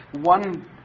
one